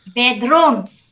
bedrooms